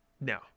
No